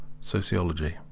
sociology